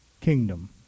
kingdom